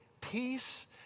peace